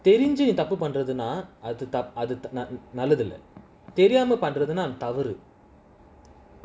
தெரிஞ்சிதப்புபண்றதுனாஅதுநல்லதுல்லதெரியாமபண்றதுனாஅதுதவறு:therinji thappu panrathuna adhu nallathu illa theriama panrathuna adhu thavaru